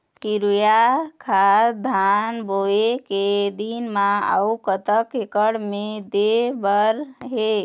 Urea खाद धान बोवे के दिन म अऊ कतक एकड़ मे दे बर हे?